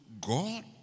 God